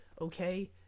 Okay